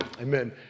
Amen